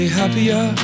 happier